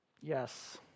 Yes